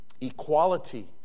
equality